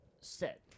set